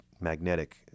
magnetic